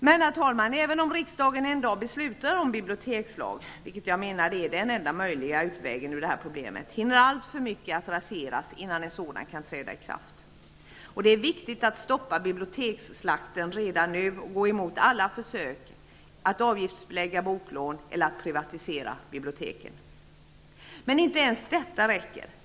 Men, herr talman, även om riksdagen en dag beslutar om bibliotekslag, vilket jag menar är den enda möjliga utvägen ur det här problemet, hinner alltför mycket raseras innan en sådan kan träda i kraft. Det är viktigt att stoppa biblioteksslakten redan nu och gå emot alla försök att avgiftsbelägga boklån eller att privatisera biblioteken. Men inte ens detta räcker.